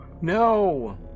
No